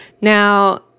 Now